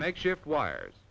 makeshift wires